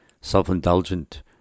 self-indulgent